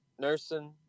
nursing